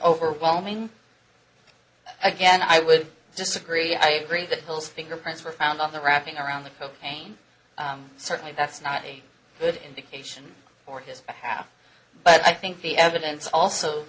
overwhelming again i would just agree i agree that bill's fingerprints were found on the wrapping around the cocaine certainly that's not a good indication for his behalf but i think the evidence also